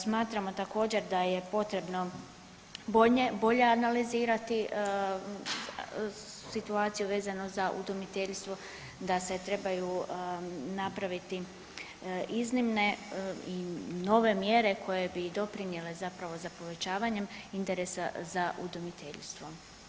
Smatramo također, da je potrebno bolje analizirati situaciju vezano za udomiteljstvo, da se trebaju napraviti iznimne nove mjere koje bi doprinijele zapravo za povećavanjem interesa za udomiteljstvom.